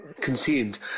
consumed